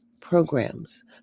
programs